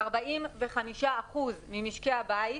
45 אחוזים ממשקי הבית,